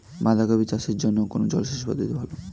বাঁধাকপি চাষের জন্য কোন জলসেচ পদ্ধতিটি ভালো?